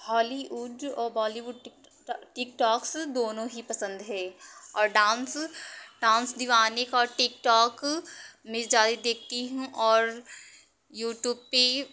Hollywood और Bollywood TikToks दोनों ही पसंद है और डांस डांस दीवाने का टिकटोक मैं ज़्यादा देखती हूँ और यूट्यूब पे